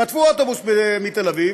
חטפו אוטובוס מתל אביב